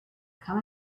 come